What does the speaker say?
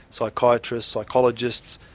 psychiatrists, psychologists,